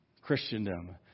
Christendom